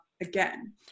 again